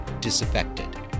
disaffected